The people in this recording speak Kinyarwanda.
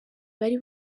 bari